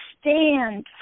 stand